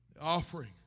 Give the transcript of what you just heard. Offering